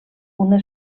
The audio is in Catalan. una